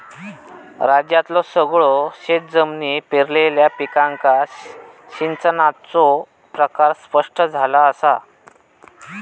राज्यातल्यो सगळयो शेतजमिनी पेरलेल्या पिकांका सिंचनाचो प्रकार स्पष्ट झाला असा